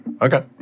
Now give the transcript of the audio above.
okay